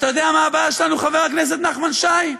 אתה יודע מה הבעיה שלנו, חבר הכנסת נחמן שי?